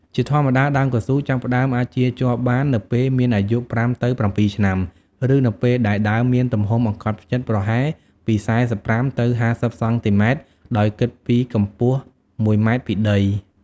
ជាធម្មតា ដើមកៅស៊ូចាប់ផ្តើមអាចចៀរជ័របាននៅពេលមានអាយុ ៥ ទៅ ៧ ឆ្នាំ ឬនៅពេលដែលដើមមានទំហំអង្កត់ផ្ចិតប្រហែលពី ៤៥ ទៅ ៥០ សង់ទីម៉ែត្រដោយគិតពីកម្ពស់ ១ ម៉ែត្រពីដី។